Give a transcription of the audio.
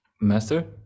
master